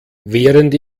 während